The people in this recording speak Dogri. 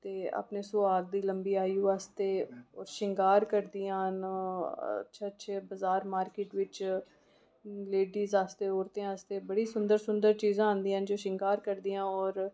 ते अपने सूहाग दी लम्बी आयू बास्तै ओह् श्रींगार करदियां न अच्छे अच्छे बज़ार मार्केट च लेडीज़ आस्तै औरतें आस्तै बड़ी सूंदर सूंदर चीज़ां आंदियां न जो श्रींगार करदियां न